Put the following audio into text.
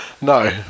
No